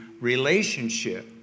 relationship